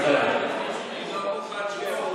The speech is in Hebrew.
בבקשה.